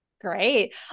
Great